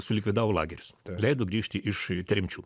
sulikvidavo lagerius leido grįžti iš tremčių